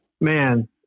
man